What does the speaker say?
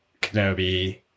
Kenobi